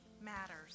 matters